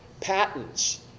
patents